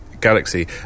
Galaxy